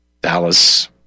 Dallas